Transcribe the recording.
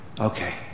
Okay